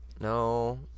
No